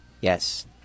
Yes